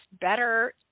better